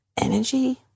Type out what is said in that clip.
Energy